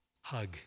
hug